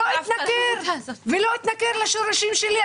ולא אתנכר לשורשים שלי.